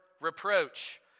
reproach